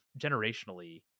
generationally